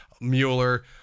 Mueller